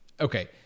Okay